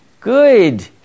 Good